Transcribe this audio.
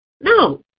No